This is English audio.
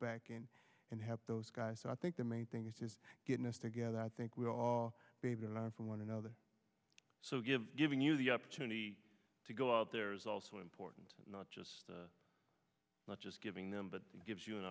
back in and help those guys so i think the main thing is just getting us together i think we all believe that i'm for one another so give giving you the opportunity to go out there is also important not just not just giving them but gives you an